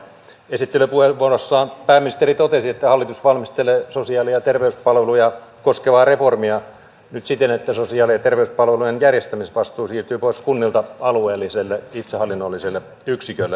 esittelypuheenvuorossaan pääministeri totesi että hallitus valmistelee sosiaali ja terveyspalveluja koskevaa reformia nyt siten että sosiaali ja terveyspalvelujen järjestämisvastuu siirtyy pois kunnilta alueelliselle itsehallinnolliselle yksikölle